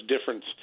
difference